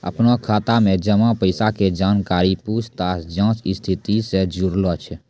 अपनो खाता मे जमा पैसा के जानकारी पूछताछ जांच स्थिति से जुड़लो छै